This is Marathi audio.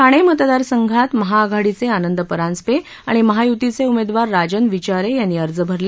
ठाणे मतदारसंघात महाआघाडीचे आनंद परांजपे आणि महायुतीचे उमेदवार राजन विचारे यांनी अर्ज भरले